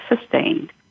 sustained